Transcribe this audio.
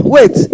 Wait